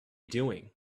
doing